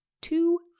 Two